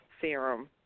serum